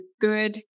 good